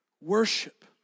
worship